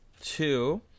two